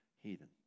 heathen